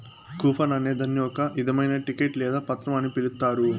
coupon అనే దాన్ని ఒక ఇధమైన టికెట్ లేదా పత్రం అని పిలుత్తారు